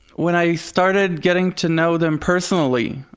when i started getting to know them personally,